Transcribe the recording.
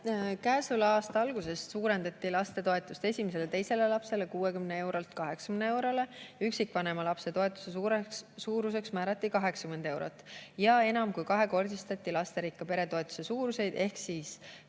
Käesoleva aasta alguses suurendati lastetoetust esimesele ja teisele lapsele 60 eurolt 80 eurole, üksikvanema lapse toetuse suuruseks määrati 80 eurot ja enam kui kahekordistati lasterikka pere toetuse suuruseid ehk kolme